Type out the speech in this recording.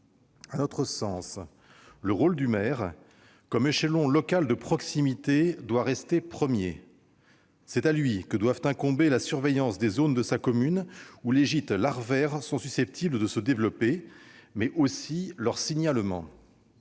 À notre sens, le maire, échelon local de proximité, doit conserver le premier rôle. C'est à lui que doivent incomber la surveillance des zones de sa commune où les gîtes larvaires sont susceptibles de se développer, mais aussi le signalement